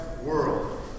world